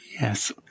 yes